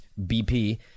BP